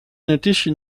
addition